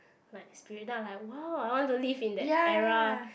like spirit then I like !wow! I want to live in that era